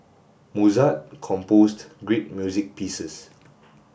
Mozart composed great music pieces